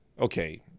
Okay